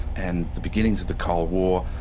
and the beginnings of the cold war,